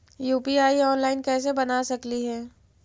UPI online कैसे बना सकली हे?